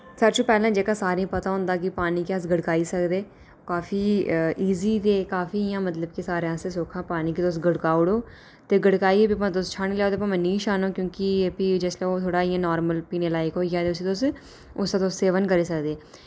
सारें शा पैह्लें जेह्का सारें पता होंदा की पानी की अस गड़काई सकदे काफी इजी ते काफी इ'यां मतलब कि सारें आस्तै सौखा पानी कि तुस गड़काई ओड़ो ते गड़काइयै फ्ही भां तुस छानी लाओ ते भामें निं छानो क्यूंकि फ्ही जिसलै ओह् थोह्ड़ा इ'यां नार्मल पीने लायक होई जा ते उस्सी तुस उसदा तुस सेवन करी सकदे